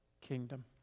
kingdom